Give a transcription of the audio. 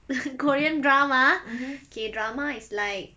korean drama K drama is like